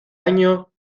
año